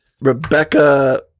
Rebecca